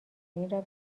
این